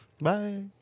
Bye